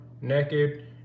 naked